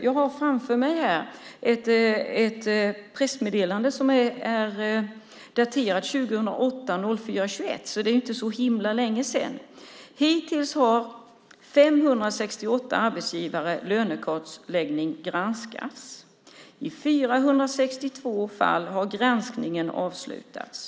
Jag har framför mig ett pressmeddelande som är daterat 2008-04-21, så det är inte så himla länge sedan. Där står det att hittills har 568 arbetsgivares lönekartläggning granskats. I 462 fall har granskningen avslutats.